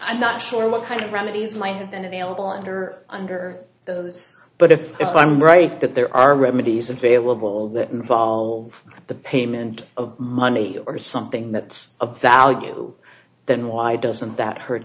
i'm not sure what kind of remedies might have been available under under those but if i'm right that there are remedies available that involve the payment of money or something that's of value then why doesn't that hurt